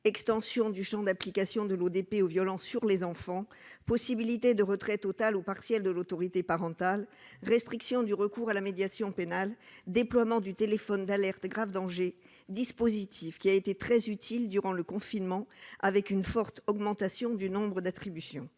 extension du champ d'application de l'ODP aux violences sur les enfants, possibilité de retrait total ou partiel de l'autorité parentale, restriction du recours à la médiation pénale, déploiement du téléphone d'alerte grave danger- un dispositif qui a été très utile durant le confinement, avec une forte augmentation du nombre d'attributions.